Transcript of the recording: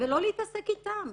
ולא להתעסק איתם.